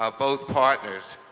ah both partners.